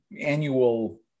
annual